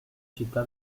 città